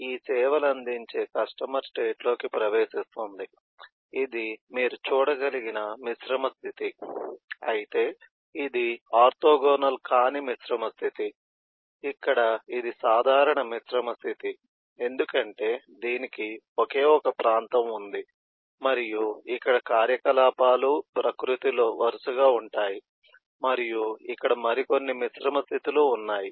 ఈ సేవలందించే కస్టమర్ స్టేట్లోకి ప్రవేశిస్తుంది ఇది మీరు చూడగలిగిన మిశ్రమ స్థితి అయితే ఇది ఆర్తోగోనల్ కాని మిశ్రమ స్థితి ఇక్కడ ఇది సాధారణ మిశ్రమ స్థితి ఎందుకంటే దీనికి ఒకే ఒక ప్రాంతం ఉంది మరియు ఇక్కడ కార్యకలాపాలు ప్రకృతిలో వరుసగా ఉంటాయి మరియు ఇక్కడ మరి కొన్ని మిశ్రమ స్థితి లు ఉన్నాయి